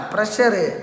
Pressure